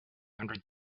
hundred